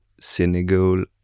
Senegal